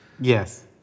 Yes